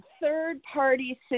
third-party